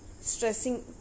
stressing